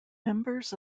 members